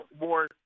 more